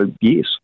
yes